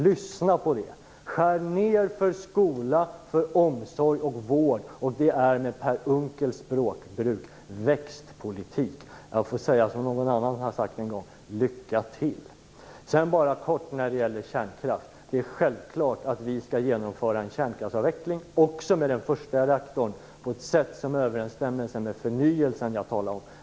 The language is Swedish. Lyssna på det: Att skära ned för skola, omsorg och vård är med Per Unckels språkbruk växtpolitik. Jag får säga som någon annan har sagt en gång: Lycka till! Sedan kort om kärnkraft. Det är självklart att vi skall genomföra en kärnskraftsavveckling, också med den första reaktorn, på ett sätt som är i överensstämmelse med den förnyelse som jag talar om.